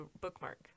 bookmark